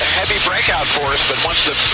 heavy breakout force, but once the